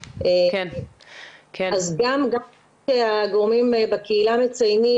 אז גם הגורמים בקהילה מציינים,